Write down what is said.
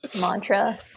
mantra